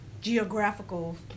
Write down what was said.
geographical